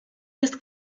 jest